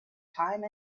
time